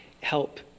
help